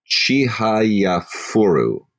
Chihayafuru